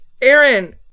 Aaron